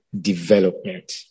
development